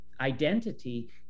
identity